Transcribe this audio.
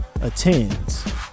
attends